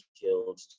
killed